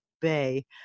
Bay